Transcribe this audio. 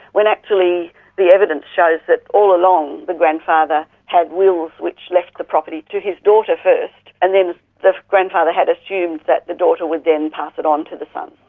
when actually the evidence shows that all along the grandfather had wills which left the property to his daughter first and then the grandfather had assumed that the daughter would then pass it on to the sons.